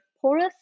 porous